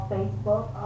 Facebook